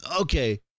Okay